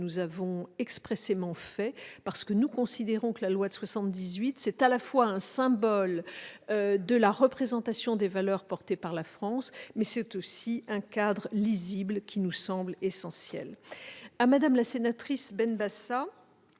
nous avons expressément fait. Nous considérons la loi de 1978 à la fois comme un symbole de la représentation des valeurs portées par la France, mais aussi comme un cadre lisible qui nous semble essentiel. Madame la sénatrice Benbassa,